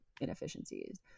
inefficiencies